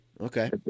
Okay